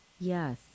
Yes